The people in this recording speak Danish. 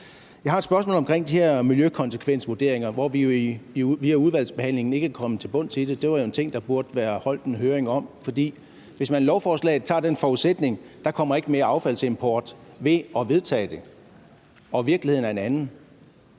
Jeg har et spørgsmål om de her miljøkonsekvensvurderinger, som vi i udvalgsbehandlingen ikke er kommet til bunds i. Det var jo en ting, der burde være holdt en høring om. For hvis man i lovforslaget tager udgangspunkt i den forudsætning, at der ikke kommer mere affaldsimport ved at vedtage det, og virkeligheden er en anden,